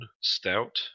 Stout